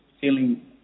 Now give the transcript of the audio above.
feeling